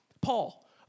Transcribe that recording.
Paul